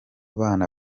bana